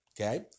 Okay